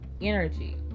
energy